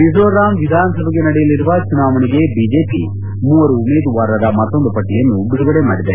ಮಿಜೋರಾಂ ವಿಧಾನಸಭೆಗೆ ನಡೆಯಲಿರುವ ಚುನಾವಣೆಗೆ ಬಿಜೆಪಿ ಮೂವರು ಉಮೇದುವಾರರ ಮತ್ತೊಂದು ಪಟ್ಟಿಯನ್ನು ಬಿಡುಗಡೆ ಮಾಡಿದೆ